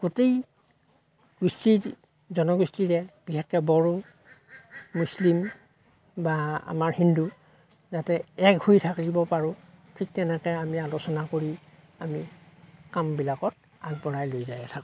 গোটেই গোষ্ঠীৰ জনগোষ্ঠীৰে বিশেষকৈ বড়ো মুছলিম বা আমাৰ হিন্দু যাতে এক হৈ থাকিব পাৰো ঠিক তেনেকৈ আমি আলোচনা কৰি আমি কামবিলাকত আগবঢ়াই লৈ যায় থাকোঁ